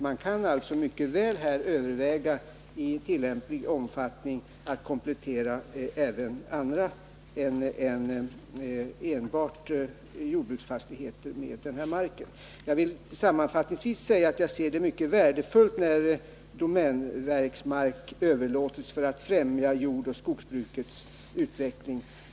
Man kan alltså mycket väl överväga att i tillämplig omfattning komplettera andra fastigheter än fullständiga jordbruksfastigheter med marken i fråga. Jag vill sammanfattningsvis säga att jag ser det som mycket värdefullt när domänverksmark överlåts för främjande av jordbrukets och skogsbrukets utveckling.